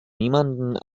niemanden